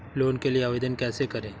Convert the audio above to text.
Loan के लिए आवेदन कैसे करें?